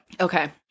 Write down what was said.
Okay